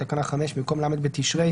בתקנה 5 במקום "ל' בתשרי